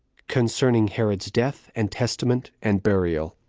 concerning herod's death, and testament, and burial.